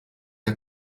der